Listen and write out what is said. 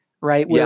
right